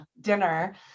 dinner